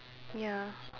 ya